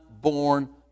born